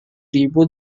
ribu